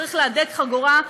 צריך להדק חגורה,